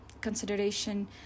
consideration